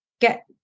get